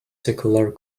secular